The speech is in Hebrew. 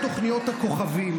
אלה תוכניות הכוכבים,